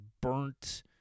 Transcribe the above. burnt